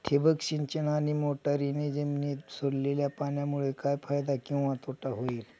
ठिबक सिंचन आणि मोटरीने जमिनीत सोडलेल्या पाण्यामुळे काय फायदा किंवा तोटा होईल?